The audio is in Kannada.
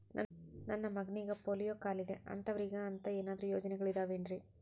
ನನ್ನ ಮಗನಿಗ ಪೋಲಿಯೋ ಕಾಲಿದೆ ಅಂತವರಿಗ ಅಂತ ಏನಾದರೂ ಯೋಜನೆಗಳಿದಾವೇನ್ರಿ?